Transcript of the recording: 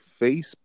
Facebook